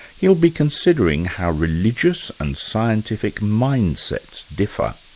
he'll be considering how religious and scientific mindsets differ.